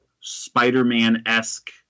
Spider-Man-esque